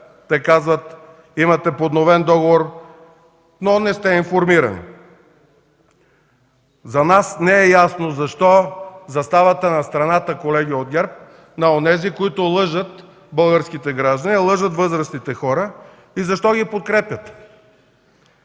Те казват: „Имате подновен договор, но не сте информирани”. За нас не е ясно защо заставате на страната, колеги от ГЕРБ, на онези, които лъжат българските граждани, лъжат възрастните хора, и защо ги подкрепяте?!